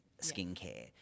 skincare